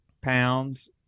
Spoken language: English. pounds